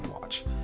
watch